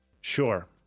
Sure